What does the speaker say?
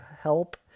help